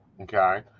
Okay